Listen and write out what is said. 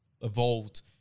evolved